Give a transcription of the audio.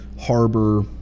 harbor